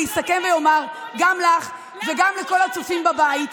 אני אסכם ואומר גם לך וגם לכל הצופים בבית,